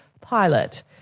pilot